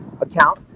account